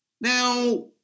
Now